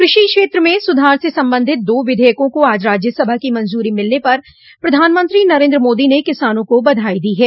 कृषि क्षेत्र में सुधार से संबंधित दो विधेयकों को आज राज्यसभा की मंजूरी मिलने पर प्रधानमंत्री नरेन्द्र मोदी ने किसानों को बधाई दी है